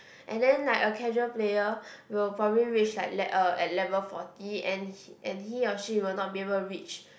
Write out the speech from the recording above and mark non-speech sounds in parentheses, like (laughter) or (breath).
and then like a casual player will probably reach like le~ uh at level forty and (breath) and he or she will not be able to reach